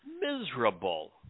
miserable